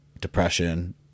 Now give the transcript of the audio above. depression